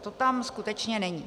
To tam skutečně není.